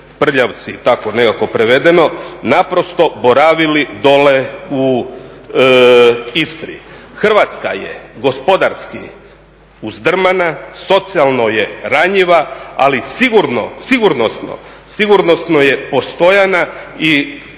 prljavci ili tako nekako prevedeno, naprosto boravili dole u Istri. Hrvatska je gospodarski uzdrmana, socijalno je ranjiva ali sigurnosno je postojana i